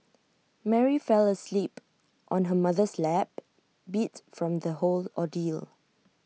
Mary fell asleep on her mother's lap beat from the whole ordeal